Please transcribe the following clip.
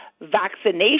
vaccination